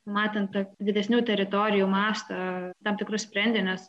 matant didesnių teritorijų mastą tam tikrus sprendinius